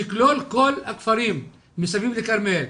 שיכלול כל הכפרים מסביב לכרמיאל: